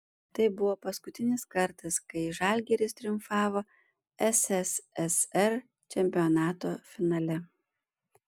tai buvo paskutinis kartas kai žalgiris triumfavo sssr čempionato finale